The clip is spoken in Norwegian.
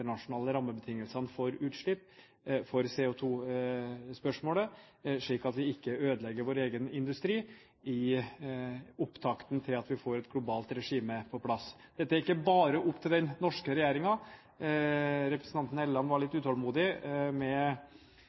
rammebetingelsene for utslipp – CO2-spørsmålet – slik at vi ikke ødelegger vår egen industri i opptakten til at vi får et globalt regime på plass. Dette er ikke bare opp til den norske regjeringen. Representanten Helleland var litt utålmodig med